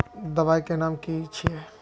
दबाई के नाम की छिए?